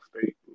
State